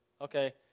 Okay